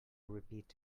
repeat